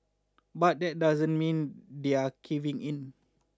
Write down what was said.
but that doesn't mean they're caving in